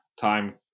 time